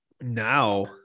now